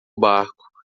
barco